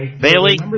Bailey